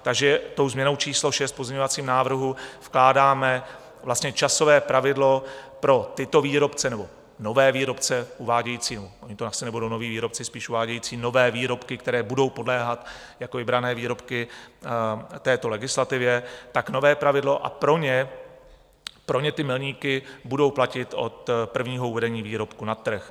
Takže tou změnou číslo šest v pozměňovacím návrhu vkládáme vlastně časové pravidlo pro tyto výrobce nebo nové výrobce uvádějící nebo oni to asi nebudou noví výrobci spíš uvádějící nové výrobky, které budou podléhat jako vybrané výrobky této legislativě, tak nové pravidlo a pro ně ty milníky budou platit od prvního uvedení výrobku na trh.